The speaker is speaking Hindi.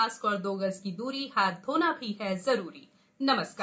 मास्क और दो गज की दूरी हाथ धोना भी है जरुरी नमस्कार